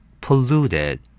Polluted